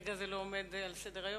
כרגע זה לא עומד על סדר-היום.